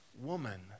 woman